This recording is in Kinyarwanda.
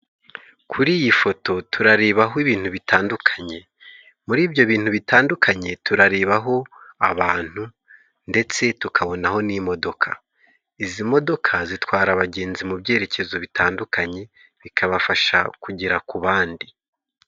Kuri iyi foto turarebaho ibintu bitandukanye. Muri ibyo bintu bitandukanye turarebaho abantu ndetse tukabonaho n'imodoka. Izi modoka zitwara abagenzi mu byerekezo bitandukanye bikabafasha kugera ku bandi.